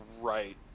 right